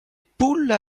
poules